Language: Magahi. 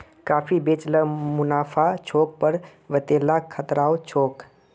काफी बेच ल मुनाफा छोक पर वतेला खतराओ छोक